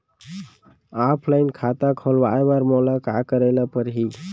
Offline खाता खोलवाय बर मोला का करे ल परही?